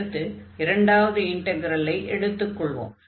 இதையடுத்து இரண்டாவது இன்டக்ரலை எடுத்துக் கொள்வோம்